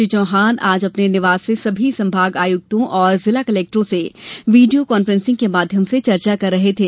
श्री चौहान आज अपने निवास से सभी संभागायुक्तों और जिला कलेक्टरों से वीडियो कान्फ्रेंसिंग के माध्यम से चर्चा कर रहे थे